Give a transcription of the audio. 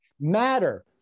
matter